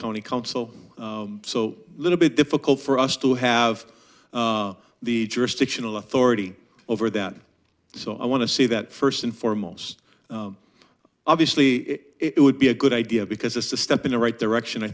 county council so little bit difficult for us to have the jurisdictional authority over that so i want to see that first and foremost obviously it would be a good idea because it's a step in the right direction i